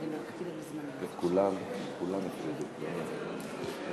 אחרון הדוברים, חבר הכנסת אחמד טיבי.